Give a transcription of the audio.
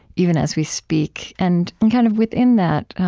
even as we speak. and and kind of within that,